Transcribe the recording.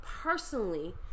Personally